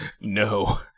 No